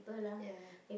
ya